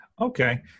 Okay